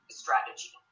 strategy